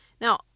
now